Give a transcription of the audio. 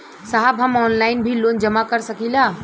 साहब हम ऑनलाइन भी लोन जमा कर सकीला?